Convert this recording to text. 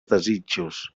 desitjos